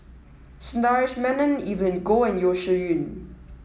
Sundaresh Menon Evelyn Goh and Yeo Shih Yun